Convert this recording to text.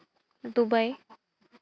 Dubai